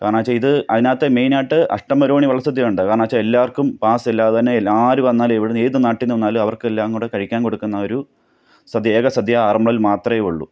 കാരണം എന്നു വച്ചാൽ ഇത് അതിനകത്തെ മെയിനായിട്ട് അഷ്ടമിരോഹിണി വള്ളസദ്യയുണ്ട് കാരണം എന്നു വച്ചാൽ എല്ലാവര്ക്കും പാസ്സ് ഇല്ലാതെ തന്നെ എല്ലാ ആരു വന്നാലും എവിടെനിന്ന് ഏത് നാട്ടിൽ നിന്ന് വന്നാലും അവര്ക്കെല്ലാം കൂടെ കഴിക്കാന് കൊടുക്കുന്ന ഒരു സദ്യ ഏക സദ്യ ആറന്മുളയിൽ മാത്രമേ ഉള്ളൂ